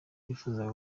yifuzaga